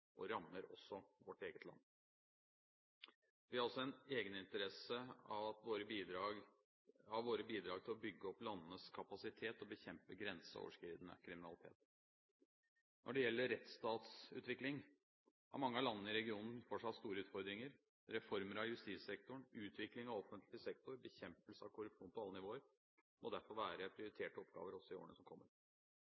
og rammer også vårt eget land. Vi har også egeninteresse av at våre bidrag bygger opp landenes kapasitet til å bekjempe grenseoverskridende kriminalitet. Når det gjelder rettsstatsutvikling, har mange av landene i regionen fortsatt store utfordringer. Reformer av justissektoren, utvikling av offentlig sektor og bekjempelse av korrupsjon på alle nivåer må derfor være